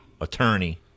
attorney